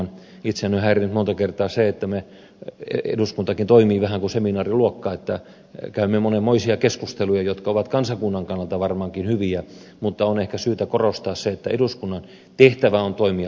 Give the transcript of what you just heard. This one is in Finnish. itseäni on häirinnyt monta kertaa se että eduskuntakin toimii vähän kuin seminaariluokka että käymme monenmoisia keskusteluja jotka ovat kansakunnan kannalta varmaankin hyviä mutta on ehkä syytä korostaa sitä että eduskunnan tehtävä on toimia lainsäädäntöelimenä